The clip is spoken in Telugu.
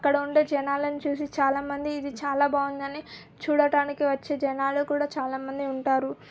అక్కడ ఉండే జనాలని చూసి చాలా మంది ఇది చాలా బాగుందని చూడటానికి వచ్చే జనాలు కూడా చాలా మంది ఉంటారు